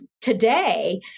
today